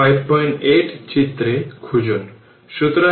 তাই এই এর কারণে নেওয়া হয়েছে